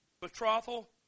Betrothal